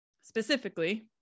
specifically